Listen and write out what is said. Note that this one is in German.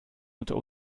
unter